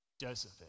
Joseph